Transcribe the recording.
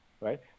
right